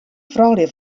froulju